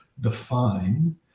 define